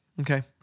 okay